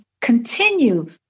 continue